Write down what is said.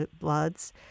Bloods